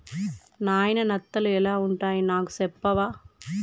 నాయిన నత్తలు ఎలా వుంటాయి నాకు సెప్పవా